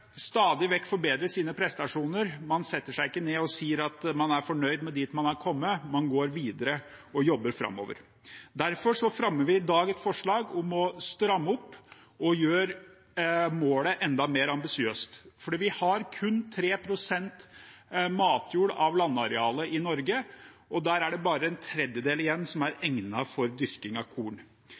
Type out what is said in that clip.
stadig vekk forbedrer sine prestasjoner – man setter seg ikke ned og sier at man er fornøyd med dit man er kommet, man går videre og jobber framover. Derfor fremmer vi i dag et forslag om å stramme opp og gjøre målet enda mer ambisiøst, for det er kun 3 pst. av landarealet i Norge som er matjord, og der er det bare en tredjedel igjen som er egnet for dyrking av korn.